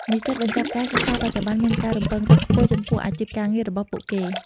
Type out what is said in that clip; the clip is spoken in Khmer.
និស្សិតបញ្ចប់ការសិក្សាបច្ចុប្បន្នមានការរំពឹងទុកខ្ពស់ចំពោះអាជីពការងាររបស់ពួកគេ។